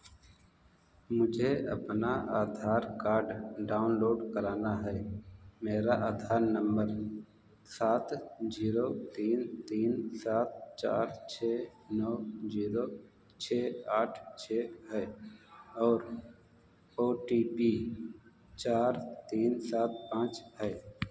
मुझे अपना Aadhaar card download कराना है मेरा आधार नम्बर सात जीरो तीन तीन सात चार छः नौ जीरो छः आठ छः है और ओ टी पी चार तीन सात पाँच है